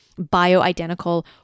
bioidentical